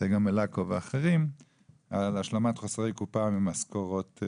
צגה מלקו ואחרים על השלמת חוסרי קופה ממשכורות הקופאיות.